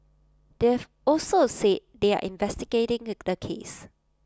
they've also said they are investigating the case